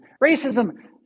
Racism